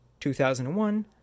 2001